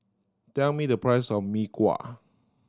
tell me the price of Mee Kuah